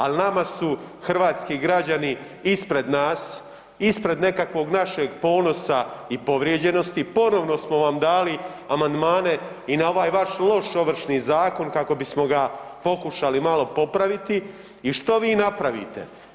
Ali nama su hrvatski građani ispred nas, ispred nekakvog našeg ponosa i povrijeđenosti ponovno smo vam dali amandmane i na ovaj vaš loš Ovršni zakon kako bismo ga pokušali malo popraviti i što vi napravite?